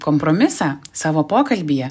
kompromisą savo pokalbyje